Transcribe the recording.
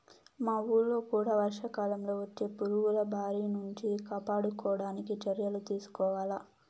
మా వూళ్ళో కూడా వర్షాకాలంలో వచ్చే పురుగుల బారి నుంచి కాపాడడానికి చర్యలు తీసుకోవాల